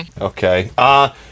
Okay